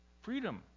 freedom